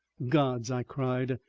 gods! i cried,